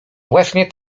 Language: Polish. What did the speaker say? właśnie